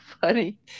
funny